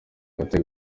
kate